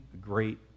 great